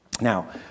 Now